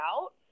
out